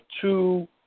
two –